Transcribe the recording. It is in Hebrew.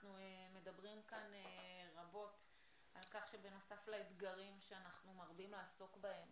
אנחנו מדברים כאן רבות על כך שבנוסף לאתגרים שאנחנו מרבים לעסוק בהם,